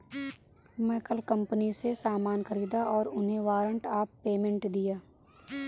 मैं कल कंपनी से सामान ख़रीदा और उन्हें वारंट ऑफ़ पेमेंट दिया